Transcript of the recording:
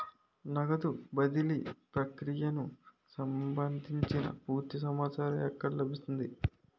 నగదు బదిలీ ప్రక్రియకు సంభందించి పూర్తి సమాచారం ఎక్కడ లభిస్తుంది?